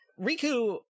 Riku